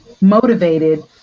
motivated